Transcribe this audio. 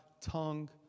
tongue